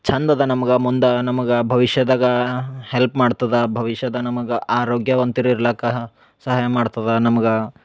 ಚಂದದ ನಮ್ಗೆ ಮುಂದೆ ನಮಗೆ ಭವಿಷ್ಯದಾಗ ಹೆಲ್ಪ್ ಮಾಡ್ತದೆ ಭವಿಷ್ಯದಾಗ ನಮಗೆ ಆರೋಗ್ಯವಂತ್ರು ಇರ್ಲಕ್ಕ ಸಹಾಯ ಮಾಡ್ತದೆ ನಮ್ಗೆ